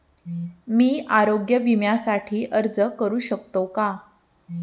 मी आरोग्य विम्यासाठी अर्ज करू शकतो का?